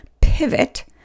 pivot